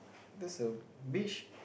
that's a beach